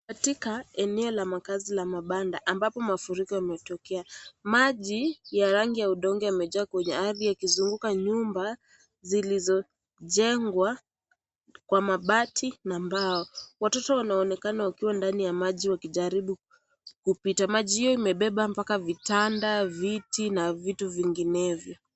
Katika eneo la makazi la mabanda ambapo mafuriko yametokea . Maji ya rangi ya udongo yamejaa kwenye ardhi yakizunguka nyumba zilizojengwa kwa mabati na mbao . Watoto wanaonekana wakiwa ndani ya maji wakijaribu kupita . Maji hiyo imebeba mpaka vitanda viti na vitu vinginevyo.